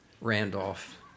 Randolph